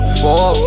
four